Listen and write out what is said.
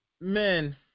men